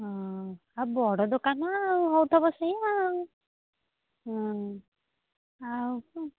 ହଁ ଆଉ ବଡ଼ ଦୋକାନ ଆଉ ହେଉଥିବ ସିଏ ଆଉ